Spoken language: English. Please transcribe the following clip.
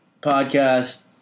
podcast